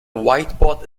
whiteboard